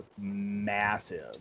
massive